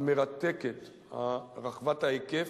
המרתקת, רחבת ההיקף,